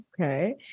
Okay